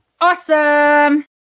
awesome